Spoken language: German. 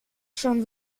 schon